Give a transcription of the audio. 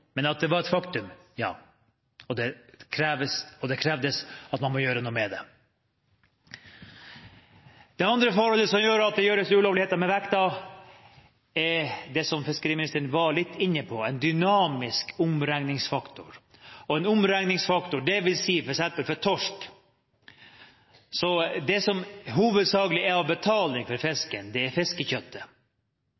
men det var et faktum at det skjedde. Og det ble krevd at man måtte gjøre noe med det. Det andre forholdet som gjør at det gjøres ulovligheter med vekten, er det som fiskeriministeren var litt inne på: en dynamisk omregningsfaktor. En omregningsfaktor vil f.eks. for torsk si at det som hovedsakelig gir betaling for